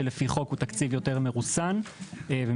שלפי חוק הוא תקציב יותר מרוסן ומצומצם.